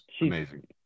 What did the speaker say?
amazing